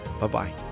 Bye-bye